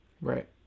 Right